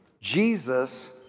Jesus